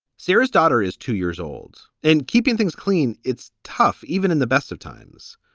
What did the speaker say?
sarah's daughter is two years old and keeping things clean. it's tough even in the best of times.